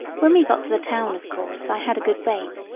when we got to the town of course i had a good bait,